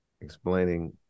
explaining